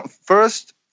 first